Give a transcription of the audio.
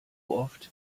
oft